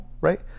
right